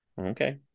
Okay